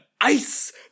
ice